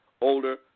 older